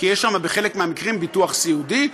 כי יש שם בחלק מהמקרים ביטוח סיעודי,